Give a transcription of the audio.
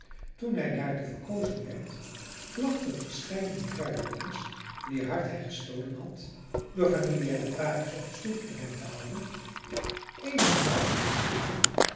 toen hij daartoe verkozen werd vlagden verscheiden kruideniers wier hart hij gestolen had door familiare praatjes op de stoep met hen te houden eén had zelfs op het dundoek